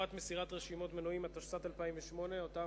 (חובת מסירת רשימות מנויים), התשס"ט 2008, שאותה